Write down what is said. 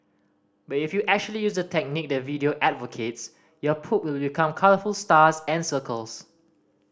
but if you actually use the technique the video advocates your poop will become colourful stars and circles